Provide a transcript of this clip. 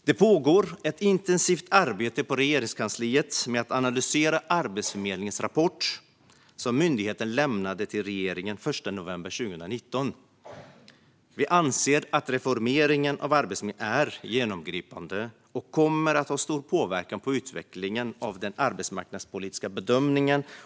Det pågår ett intensivt arbete i Regeringskansliet med att analysera Arbetsförmedlingens rapport, som myndigheten lämnade till regeringen den 1 november 2019. Vi anser att reformeringen av Arbetsförmedlingen är genomgripande och kommer att ha stor påverkan på utvecklingen av den arbetsmarknadspolitiska bedömningen.